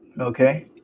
Okay